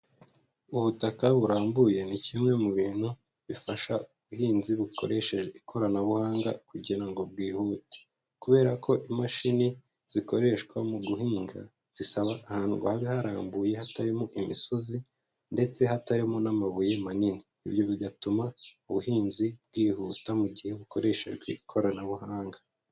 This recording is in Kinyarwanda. Ubutaka burambuye ni kimwe mu bintu bifasha ubuhinzi bukoresheje ikoranabuhanga kugira ngo bwihute, kubera ko imashini zikoreshwa mu guhinga zisaba ahantu haba harambuye hatarimo imisozi ndetse hatarimo n'amabuye manini, ibyo bigatuma ubuhinzi bwihuta mu gihe bukoreshejwe ikoranabuhanga.